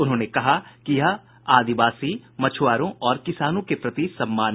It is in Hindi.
उन्होंने कहा कि यह आदिवासी मछुआरों और किसानों के प्रति सम्मान है